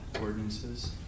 ordinances